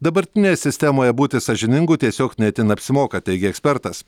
dabartinėje sistemoje būti sąžiningu tiesiog ne itin apsimoka teigia ekspertas